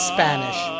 Spanish